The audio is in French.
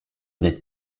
n’êtes